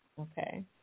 Okay